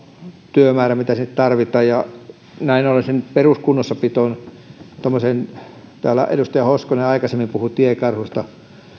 työmäärä mitä siihen tarvitaan näin ollen sen peruskunnossapidossa kun täällä edustaja hoskonen aikaisemmin puhui tiekarhusta